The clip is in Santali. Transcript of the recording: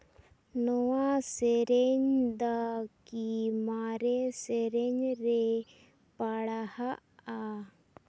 ᱱᱚᱣᱟ ᱥᱮᱨᱮᱧ ᱫᱚ ᱠᱤ ᱢᱟᱨᱮ ᱥᱮᱨᱮᱧ ᱨᱮ ᱯᱟᱲᱦᱟᱜᱼᱟ